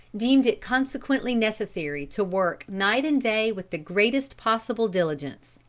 deemed it consequently necessary to work night and day with the greatest possible diligence.